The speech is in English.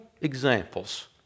examples